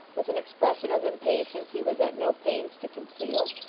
with an expression of impatience he was at no pains to conceal.